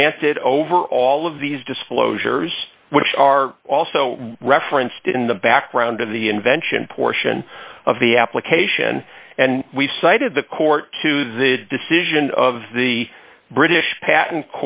granted over all of these disclosures which are also referenced in the background of the invention portion of the application and we've cited the court to the decision of the british pat